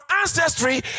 ancestry